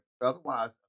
Otherwise